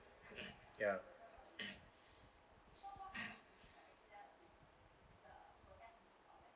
ya